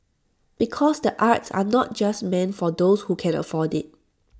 because the arts are not just meant for those who can afford IT